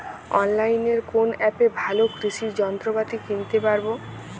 অনলাইনের কোন অ্যাপে ভালো কৃষির যন্ত্রপাতি কিনতে পারবো?